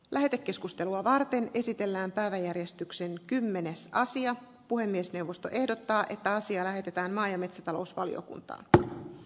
lähetekeskustelua varten esitellään päiväjärjestykseen kymmenes sija puhemiesneuvosto ehdottaa että asia lähetetään maa ja metsätalousvaliokunta tänään